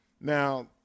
Now